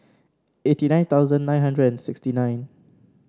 eighty nine thousand two hundred and sixty nine